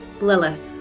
Lilith